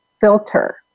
filter